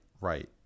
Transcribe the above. right